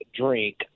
drink